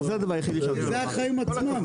זהו, זה הדבר היחידי שרציתי להגיד.